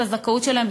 הזכאות שלהם,